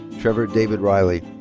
trevor david reilly.